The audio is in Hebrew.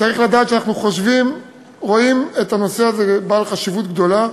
צריך לדעת שאנחנו רואים את הנושא הזה כבעל חשיבות גדולה,